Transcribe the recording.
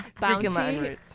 Bounty